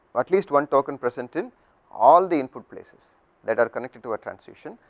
at least one token present in all the input places that are connecting to a transition,